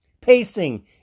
Pacing